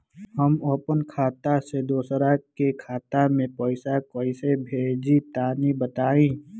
हम आपन खाता से दोसरा के खाता मे पईसा कइसे भेजि तनि बताईं?